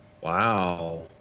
Wow